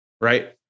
right